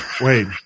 Wait